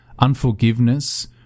Unforgiveness